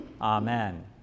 Amen